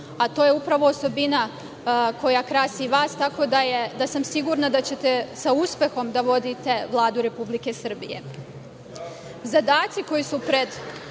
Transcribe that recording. a to je upravo osobina koja krasi vas, tako da sam sigurna da ćete sa uspehom da vodite Vladu Republike Srbije. Zadaci koji su pred